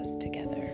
together